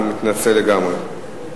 אני מתנצל לגמרי.